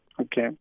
Okay